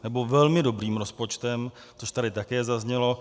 Nebo velmi dobrým rozpočtem, což tady také zaznělo.